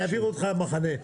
אני אעביר אותך מחנה.